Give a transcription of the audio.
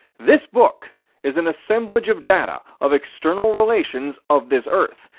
this book is an assemblage of data of external relations of this earth.